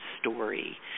story